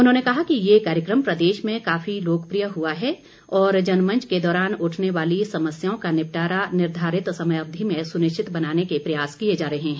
उन्होंने कहा कि ये कार्यक्रम प्रदेश में काफी लोकप्रिय हुआ है और जनमंच के दौरान उठने वाली समस्याओं का निपटारा निर्धारित समयअवधि में सुनिश्चित बनाने के प्रयास किए जा रहे हैं